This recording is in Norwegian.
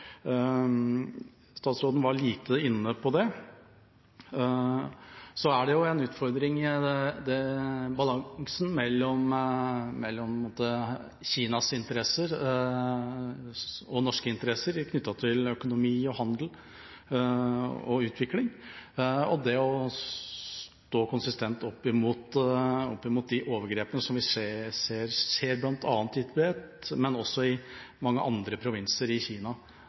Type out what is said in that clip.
Statsråden var lite inne på dette. Så er det jo en utfordring med balansen mellom Kinas interesser og norske interesser knyttet til økonomi, handel og utvikling og det å stå konsistent opp mot de overgrepene som vi ser at skjer bl.a. i Tibet, men også i mange andre provinser i Kina.